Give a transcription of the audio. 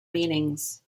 meanings